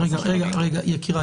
רגע, רגע, יקיריי.